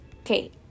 Okay